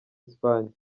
espagne